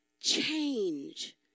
change